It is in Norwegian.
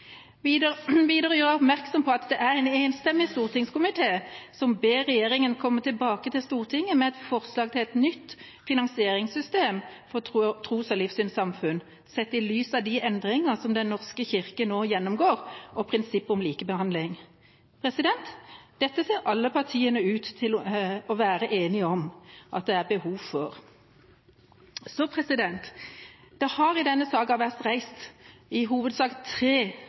Videre gjør jeg oppmerksom på at det er en enstemmig stortingskomité som ber regjeringa komme tilbake til Stortinget med forslag til et nytt finansieringssystem for tros- og livssynssamfunn, sett i lys av de endringer som Den norske kirke nå gjennomgår, og prinsippet om likebehandling. Dette ser alle partiene ut til å være enige om at det er behov for. Det har i denne saken vært reist i hovedsak tre